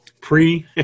pre